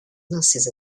nurses